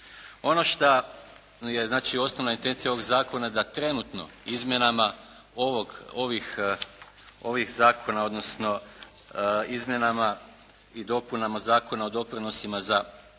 Ono što je znači osnovna intencija ovog zakona da trenutno izmjenama ovih zakona odnosno izmjenama i dopunama Zakona o doprinosima za obvezna